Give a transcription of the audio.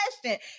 question